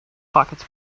pockets